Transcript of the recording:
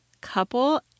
couple